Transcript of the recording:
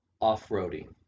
off-roading